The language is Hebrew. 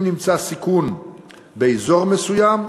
אם נמצא סיכון באזור מסוים,